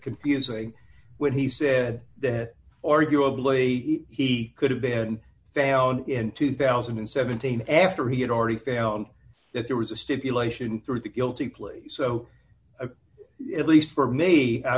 confusing when he said that or you ablate he could have been found in two thousand and seventeen after he had already found that there was a stipulation through the guilty plea so at least for me i